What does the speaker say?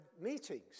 meetings